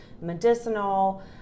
medicinal